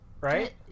Right